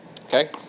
Okay